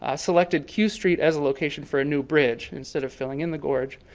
ah selected q street as a location for a new bridge instead of filling in the gorge,